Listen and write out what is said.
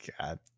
God